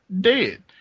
dead